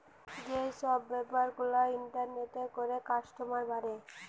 যে সব বেপার গুলা ইন্টারনেটে করে কাস্টমার বাড়ে